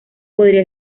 podría